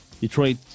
Detroit